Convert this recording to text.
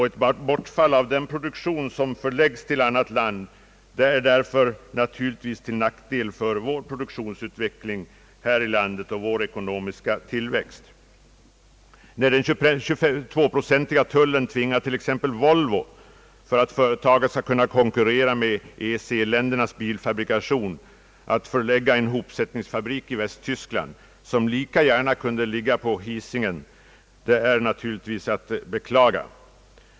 Ett bortfall av den produktion som förläggs till annat land är naturligtvis till nackdel för vår produktionsutveckling inom landet och för vår ekonomiska tillväxt. Att den 22-procentiga tullen tvingar t.ex. Volvo att för att kunna konkurrera med EEC-ländernas bilfabrikation förlägga en hopsättningsfabrik till Västtyskland, som lika gärna kunde ligga på Hisingen, är naturligtvis inte bra.